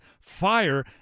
fire